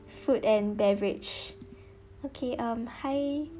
food and beverage okay um hi